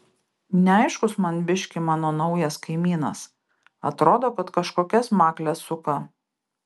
neaiškus man biškį mano naujas kaimynas atrodo kad kažkokias makles suka